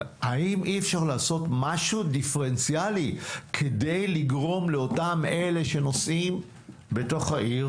האם אי אפשר לעשות משהו דיפרנציאלי כדי לגרום לאותם אלה שנוסעים בתוך העיר